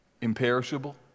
imperishable